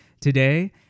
today